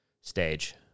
stage